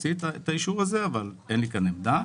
להוציא את האישור הזה אבל אין לי כאן עמדה,